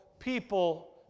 people